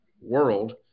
world